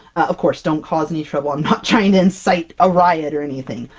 of course, don't cause any trouble, i'm not trying to incite a riot or anything,